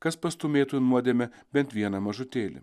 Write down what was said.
kas pastūmėtų į nuodėmę bent vieną mažutėlį